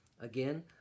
again